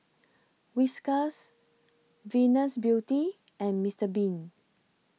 Whiskas Venus Beauty and Mister Bean